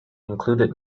included